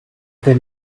then